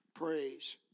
Praise